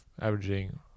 averaging